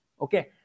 Okay